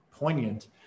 poignant